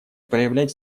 проявлять